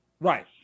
right